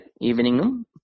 evening